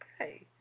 Okay